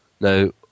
Now